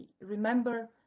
remember